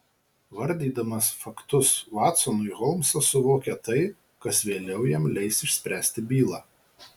vardydamas faktus vatsonui holmsas suvokia tai kas vėliau jam leis išspręsti bylą